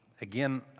Again